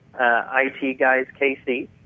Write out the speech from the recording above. itguyskc